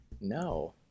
no